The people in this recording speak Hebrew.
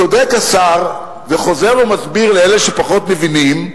צודק השר, וחוזר ומסביר לאלה שפחות מבינים,